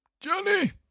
Johnny